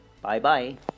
bye-bye